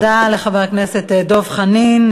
תודה לחבר הכנסת דב חנין.